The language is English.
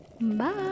Bye